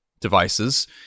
devices